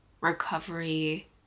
recovery